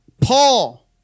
Paul